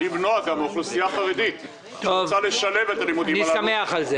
למנוע מאוכלוסייה חרדית שרוצה לשלב את הלימודים הללו.